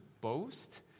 boast